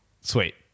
Sweet